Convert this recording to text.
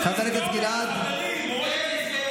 יש רב אשכנזי ורב ספרדי,